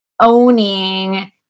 owning